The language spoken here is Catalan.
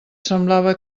semblava